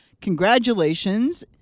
Congratulations